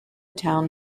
town